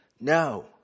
no